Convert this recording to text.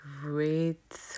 great